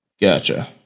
Gotcha